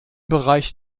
bereich